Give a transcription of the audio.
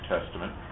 Testament